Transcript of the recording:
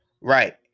right